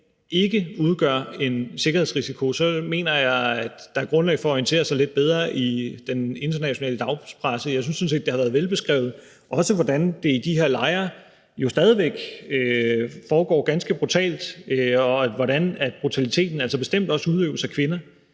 ikke udgør en sikkerhedsrisiko, mener jeg, at der er grundlag for at orientere sig lidt bedre i den internationale dagspresse. Jeg synes sådan set, det har været velbeskrevet, også hvordan det i de her lejre jo stadig væk foregår ganske brutalt, og hvordan brutaliteten bestemt også udøves af kvinder.